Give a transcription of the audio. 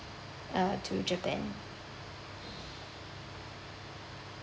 uh to japan